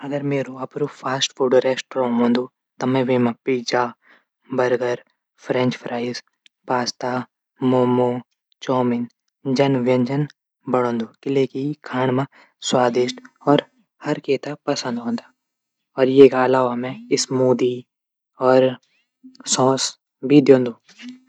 अगर मेरू अपडू फास्टफूड रेस्टोरेंट हूंदू त मि वेमा पिजा, बर्गर, फैरैचं राइस, पास्ता, मोमो, चौमीन, जन व्यजन बणौदू। किलेकि खाण मा स्वादिष्ट और हर कैता पंसद आंदू ।और एक अलावा मी स्मूदि। और सॉस भी दिंदू।